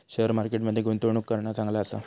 share market मध्ये गुंतवणूक करणा चांगला आसा